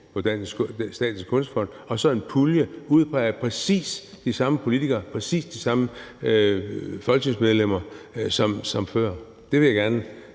på Statens Kunstfond og så en pulje udpeget af præcis de samme politikere, præcis de samme folketingsmedlemmer som før? Det vil jeg gerne